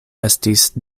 estis